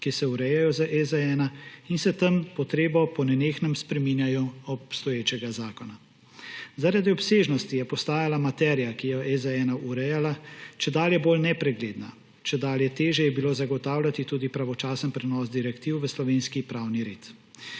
ki se urejajo z EZ-1, in s tem potrebo po nenehnem spreminjanju obstoječega zakona. Zaradi obsežnosti je postajala materija, ki jo je EZ-1 urejal, čedalje bolj nepregledna. Čedalje težje je bilo zagotavljati tudi pravočasen prenos direktiv v slovenski pravni red.